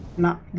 not